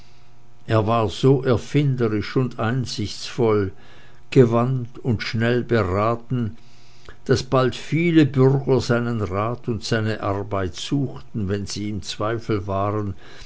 er war so erfinderisch und einsichtsvoll gewandt und schnell beraten daß bald viele bürger seinen rat und seine arbeit suchten wenn sie im zweifel waren